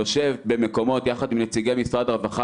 יושב במקומות יחד עם נציגי משרד הרווחה,